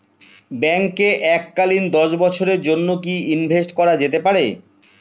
ব্যাঙ্কে এককালীন দশ বছরের জন্য কি ইনভেস্ট করা যেতে পারে?